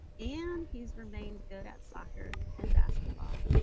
and he's remained good at soccer and basketball,